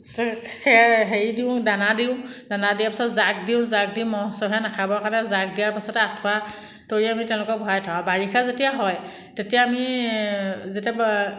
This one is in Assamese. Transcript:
খেৰ হেৰি দিওঁ দানা দিওঁ দানা দিয়া পিছত যাগ দিওঁ যাগ দিওঁ মহ চহে নাখাবৰ কাৰণে যাগ দিয়াৰ পাছতে আঁঠুৱা তৰি আমি তেওঁলোকক ভৰাই থওঁ আৰু বাৰিষা যেতিয়া হয় তেতিয়া আমি যেতিয়া